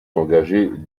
s’engager